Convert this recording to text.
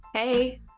hey